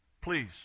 please